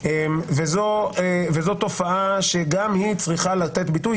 זאת תופעה שגם צריכה לקבל ביטוי.